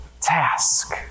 task